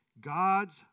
God's